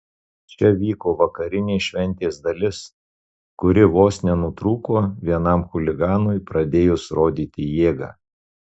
čia vyko vakarinė šventės dalis kuri vos nenutrūko vienam chuliganui pradėjus rodyti jėgą